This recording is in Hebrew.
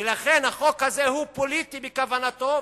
ולכן החוק הזה הוא פוליטי בכוונתו,